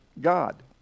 God